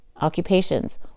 occupations